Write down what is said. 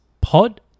Pod